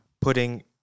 Putting